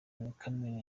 markle